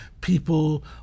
people